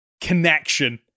connection